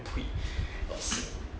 pui 恶心